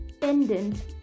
pendant